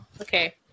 Okay